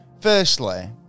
firstly